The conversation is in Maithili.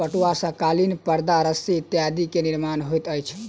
पटुआ सॅ कालीन परदा रस्सी इत्यादि के निर्माण होइत अछि